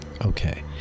Okay